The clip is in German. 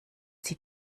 sie